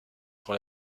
sur